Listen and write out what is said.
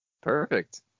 Perfect